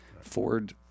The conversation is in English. Ford